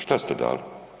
Šta ste dali?